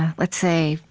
let's say,